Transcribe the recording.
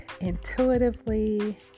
intuitively